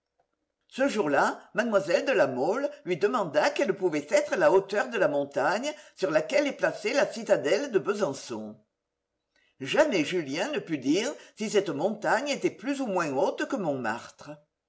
ce jour-là mlle de la mole lui demanda quelle pouvait être la hauteur de la montagne sur laquelle est placée la citadelle de besançon jamais julien ne put dire si cette montagne était plus ou moins haute que montmartre